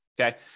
Okay